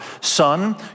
son